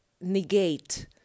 negate